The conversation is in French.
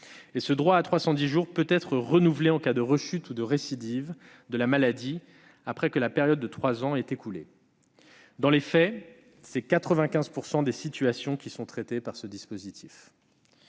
; ce droit à 310 jours de CPP et d'AJPP peut être renouvelé en cas de rechute ou de récidive de la maladie, après que la période de trois ans est écoulée. Dans les faits, 95 % des situations sont traitées par ce dispositif.